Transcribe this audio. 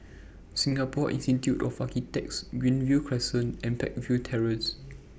Singapore Institute of Architects Greenview Crescent and Peakville Terrace